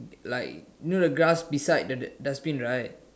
like you know the grass beside the the dustbin right